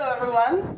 everyone.